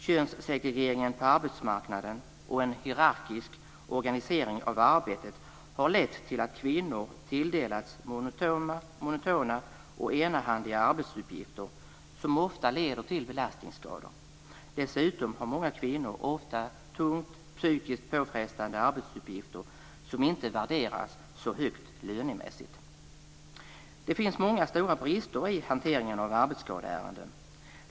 Könssegregeringen på arbetsmarknaden och en hierarkisk organisering av arbetet har lett till att kvinnor tilldelats monotona och enahanda arbetsuppgifter som ofta leder till belastningsskador. Dessutom har många kvinnor ofta tunga psykiskt påfrestande arbetsuppgifter som inte värderas så högt lönemässigt. Det finns många stora brister i hanteringen av arbetsskadeärenden.